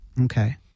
Okay